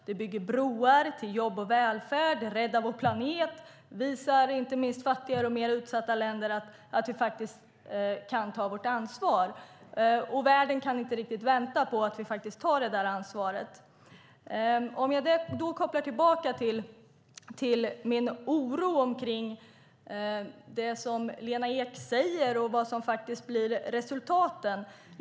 Den bygger broar till jobb och välvärd. Den räddar vår planet. Den visar, inte minst fattiga och mer utsatta länder, att vi kan ta vårt ansvar. Världen kan inte vänta på att vi ska ta det ansvaret. Låt mig koppla tillbaka till min oro över det som Lena Ek säger och vad som faktiskt blir resultatet.